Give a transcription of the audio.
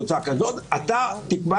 הוא שייך לקבוצה אחרת,